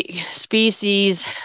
species